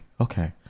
Okay